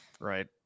right